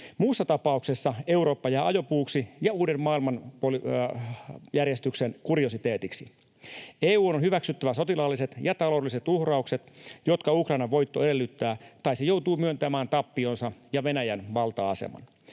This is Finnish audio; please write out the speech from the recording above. Muussa tapauksessa Eurooppa jää ajopuuksi ja uuden maailmanjärjestyksen kuriositeetiksi. EU:n on hyväksyttävä ne sotilaalliset ja taloudelliset uhraukset, joita Ukrainan voitto edellyttää, tai se joutuu myöntämään tappionsa ja Venäjän valta-aseman.